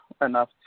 enough